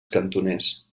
cantoners